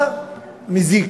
מה מזיק